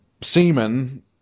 semen